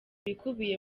ibikubiye